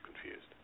confused